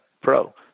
Pro